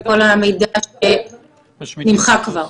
כל המידע נמחק כבר.